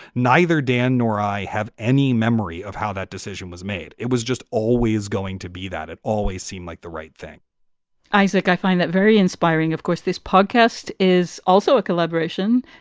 neither dan nor i have any memory of how that decision was made. it was just always going to be that. it always seemed like the right thing isaac, i find that very inspiring, of course. this podcast is also a collaboration.